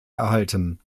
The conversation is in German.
erhalten